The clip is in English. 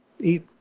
eat